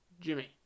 Jimmy